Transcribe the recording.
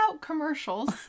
commercials